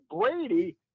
Brady